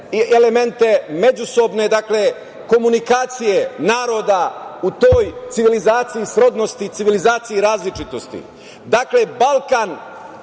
elemente međusobne komunikacije naroda u toj civilizaciji srodnosti i civilizaciji različitosti. Dakle, Balkan,